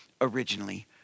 originally